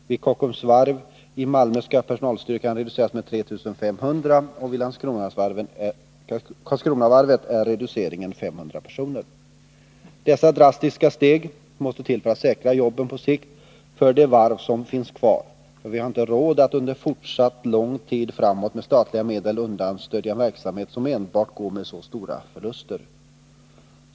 Vid Kockums i Malmö skall personalstyrkan reduceras med 3 500 och vid Karlskronavarvet är reduceringen 500 personer. Dessa drastiska steg måste till för att vi skall kunna säkra jobben på sikt för de varv som finns kvar, eftersom vi inte har råd att under fortsatt lång tid framåt med statliga medel understödja en verksamhet som enbart går med så stora förluster.